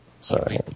Sorry